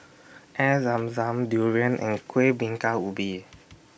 Air Zam Zam Durian and Kueh Bingka Ubi